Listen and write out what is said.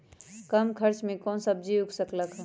कम खर्च मे कौन सब्जी उग सकल ह?